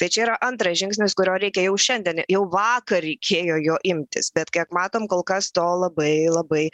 tai čia yra antras žingsnis kurio reikia jau šiandien jau vakar reikėjo jo imtis bet kiek matom kol kas to labai labai